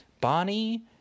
Bonnie